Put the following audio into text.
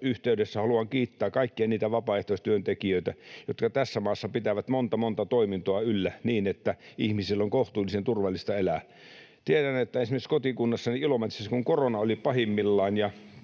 yhteydessä haluan kiittää kaikkia niitä vapaaehtoistyöntekijöitä, jotka tässä maassa pitävät monta monta toimintoa yllä, niin että ihmisillä on kohtuullisen turvallista elää. Tiedän, että esimerkiksi kotikunnassani Ilomantsissa, kun korona oli pahimmillaan